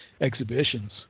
exhibitions